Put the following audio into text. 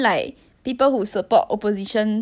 like that's what he mean